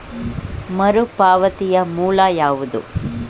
ಮರುಪಾವತಿಯ ಮೂಲ ಯಾವುದು?